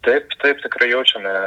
taip taip tikrai jaučiame